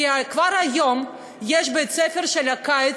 כי כבר היום יש בית-ספר של הקיץ,